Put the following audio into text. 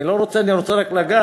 אני לא רוצה, אני רוצה רק לגעת,